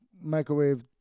microwave